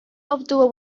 obtuvo